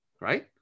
right